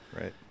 right